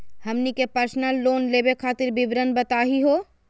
हमनी के personal loan लेवे खातीर विवरण बताही हो?